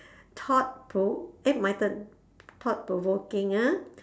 thought pro~ eh my turn thought provoking ah